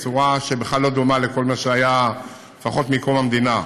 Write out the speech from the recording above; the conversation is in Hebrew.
בצורה שבכלל לא דומה לכל מה שהיה לפחות מקום המדינה.